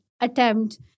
attempt